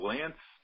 Lance